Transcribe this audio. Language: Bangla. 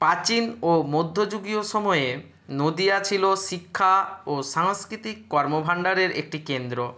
প্রাচীন ও মধ্যযুগীয় সময়ে নদীয়া ছিলো শিক্ষা ও সাংষ্কৃতিক কর্ম ভান্ডারের একটি কেন্দ্র